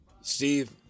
Steve